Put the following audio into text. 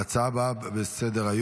ההצעה הבאה לסדר-היום: